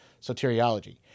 soteriology